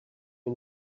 you